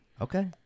Okay